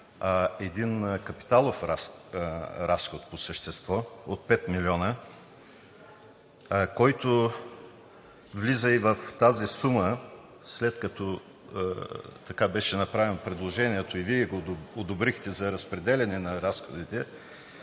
един капиталов разход от 5 милиона, в която влиза и тази сума, след като така беше направено предложението и Вие го одобрихте – за разпределяне на разходите